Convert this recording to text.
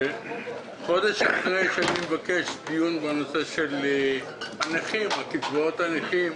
חודש אחרי שאני מבקש דיון בנושא של קצבאות הנכים,